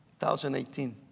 2018